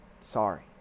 Sorry